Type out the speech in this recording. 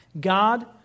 God